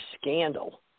scandal